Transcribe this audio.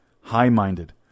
high-minded